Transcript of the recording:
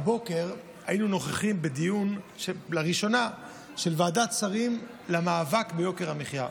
הבוקר היינו נוכחים בדיון ראשון של ועדת השרים למאבק ביוקר המחיה.